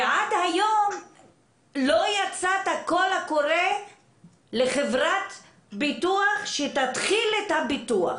ועד היום לא יצא קול קורא לחברת ביטוח שתתחיל את הביטוח.